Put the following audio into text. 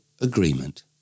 agreement